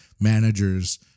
managers